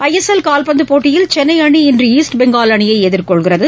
ஐ S L கால்பந்து போட்டியில் சென்னை அணி இன்று ஈஸ்ட் பெங்கால் அணியை எதிர்கொள்கிறது